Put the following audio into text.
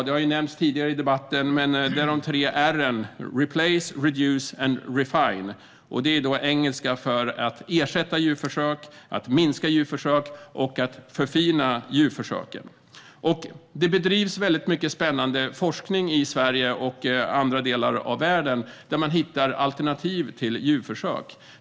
Det har nämnts tidigare i debatten att 3R står för replace, reduce and refine, vilket är engelska för att ersätta djurförsök, att minska djurförsök och att förfina djurförsök. Det bedrivs väldigt mycket spännande forskning i Sverige och andra delar av världen, där man hittar alternativ till djurförsök.